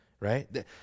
right